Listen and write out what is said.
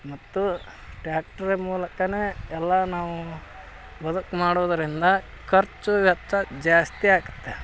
ಮತ್ತು ಟ್ಯಾಕ್ಟ್ರ ಮೂಲಕವೇ ಎಲ್ಲ ನಾವು ಬದುಕು ಮಾಡೋದರಿಂದ ಖರ್ಚು ವೆಚ್ಚ ಜಾಸ್ತಿ ಆಗುತ್ತೆ